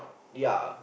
ya